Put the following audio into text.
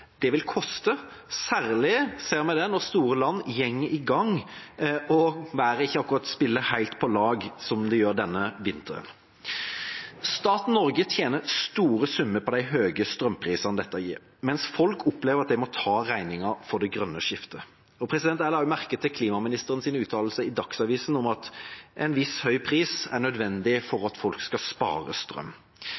Det vil koste. Særlig ser vi det når store land går i gang og været ikke akkurat spiller helt på lag, som denne vinteren. Staten Norge tjener store summer på de høye strømprisene dette gir, mens folk opplever at de må ta regningen for det grønne skiftet. Jeg la også merke til klimaministerens uttalelse i Dagsavisen om at en viss høy pris er nødvendig for